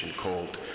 called